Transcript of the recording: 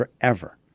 forever